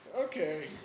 Okay